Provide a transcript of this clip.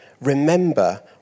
Remember